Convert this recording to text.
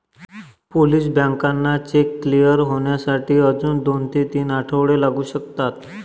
Polish बँकांना cheque clear होण्यासाठी अजून दोन ते तीन आठवडे लागू शकतात